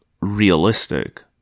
realistic